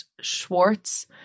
Schwartz